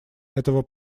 этого